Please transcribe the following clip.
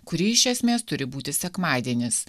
kuri iš esmės turi būti sekmadienis